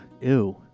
ew